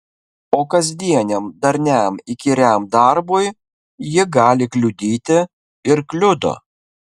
o kasdieniam darniam įkyriam darbui ji gali kliudyti ir kliudo